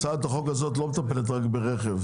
הצעת החוק הזאת לא מטפלת רק ברכב.